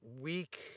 week